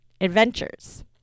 adventures